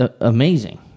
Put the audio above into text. amazing